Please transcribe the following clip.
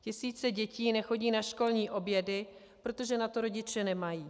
Tisíce dětí nechodí na školní obědy, protože na to rodiče nemají.